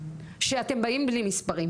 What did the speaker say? שאתם באים בלי מספרים,